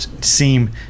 seem